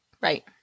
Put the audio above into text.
Right